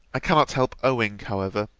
i cannot help owning, however,